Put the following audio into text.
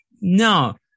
no